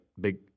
Big